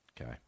Okay